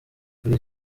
kuri